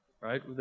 right